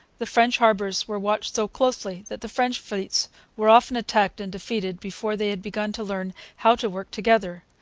the french harbours were watched so closely that the french fleets were often attacked and defeated before they had begun to learn how to work together.